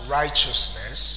righteousness